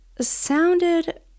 sounded